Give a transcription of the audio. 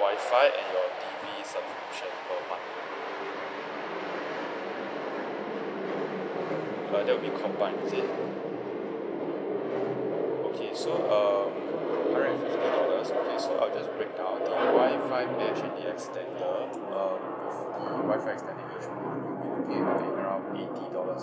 Wi-Fi and your T_V subscription per month uh that will be combined is it okay so um hundred and fifty dollars okay so I'll just break down the Wi-Fi mesh and the extender uh with the Wi-Fi extender each in your room you'll be looking at paying around eighty dollars